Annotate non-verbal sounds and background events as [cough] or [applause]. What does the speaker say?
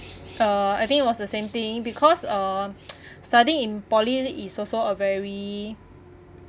uh I think it was the same thing because um [noise] studying in poly is also a very